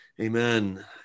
Amen